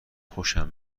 خوشم